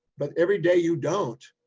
but every day you don't,